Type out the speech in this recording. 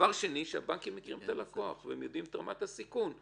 דבר שני זה שהבנקים מכירים את הלקוח והם יודעים מה רמת הסיכון,